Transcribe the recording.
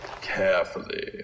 carefully